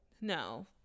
No